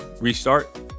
restart